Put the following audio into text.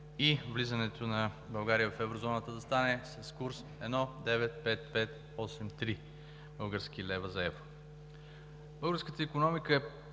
и влизането на България в Еврозоната да стане с курс 1,95583 български лева за евро. Българската икономика е